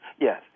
Yes